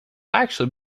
actually